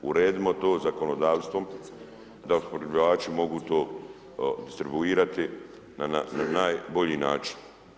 Uredimo to zakonodavstvom, da opskrbljivači mogu to distribuirati na najbolji način.